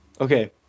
okay